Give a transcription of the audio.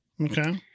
Okay